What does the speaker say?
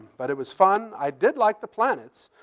but it was fun. i did like the planets.